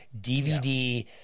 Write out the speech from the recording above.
DVD